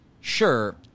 sure